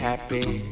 Happy